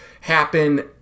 happen